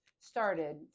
started